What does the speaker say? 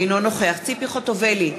אינו נוכח ציפי חוטובלי,